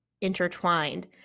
intertwined